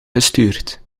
gestuurd